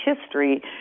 history